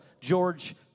George